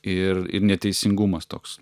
ir ir neteisingumas toks